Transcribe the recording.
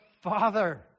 Father